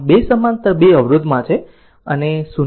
આમ આ 2 સમાંતર 2 Ω અવરોધમાં છે અને 0